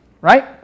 right